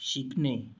शिकणे